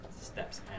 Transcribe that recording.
steps